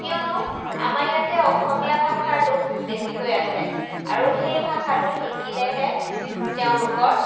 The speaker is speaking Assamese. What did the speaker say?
কিয়নো আমাৰ ইয়াতে অসমীয়া ভাষাৰ লোক বেছিকৈ আছে আৰু সেই ভাষাটো শিকিলেহে তেওঁলোকৰ